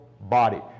body